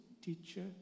Teacher